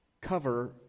cover